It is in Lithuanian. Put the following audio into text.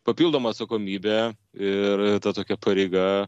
papildomą atsakomybę ir ta tokia pareiga